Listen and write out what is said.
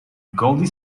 goldie